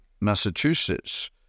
Massachusetts